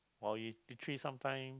or you literally sometime